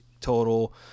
total